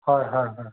হয় হয়